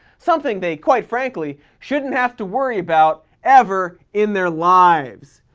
something they quite frankly shouldn't have to worry about ever in their lives.